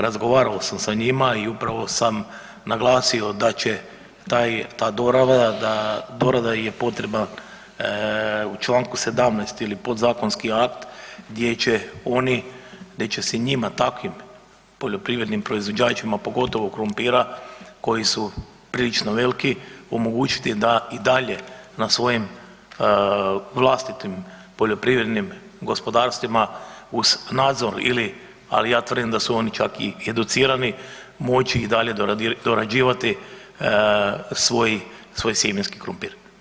Razgovarao sam sa njima i upravo sam naglasio da će ta dorada, dorada im je potrebna, u čl. 17. ili podzakonski akt gdje će oni, gdje će se njima takvim poljoprivrednim proizvođačima, pogotovo krumpira, koji su prilično veliki omogućiti da i dalje na svojim vlastitim poljoprivrednim gospodarstvima uz nadzor ili, ali ja tvrdim da su oni čak i educirani, moći i dalje dorađivati svoj, svoj sjemenski krumpir.